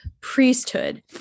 priesthood